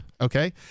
Okay